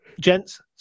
gents